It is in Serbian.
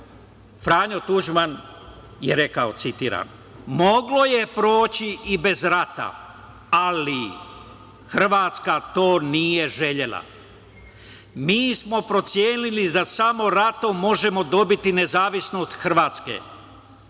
Franjo Tuđman je rekao, citiram – moglo je proći i bez rata, ali Hrvatska to nije želela. Mi smo procenili da samo ratom možemo dobiti nezavisnost Hrvatske